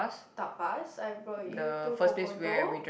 Tapas I brought you to Cocoto